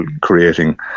creating